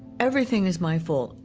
everything is my fault.